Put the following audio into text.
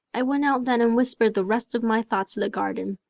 i went out then and whispered the rest of my thoughts to the garden.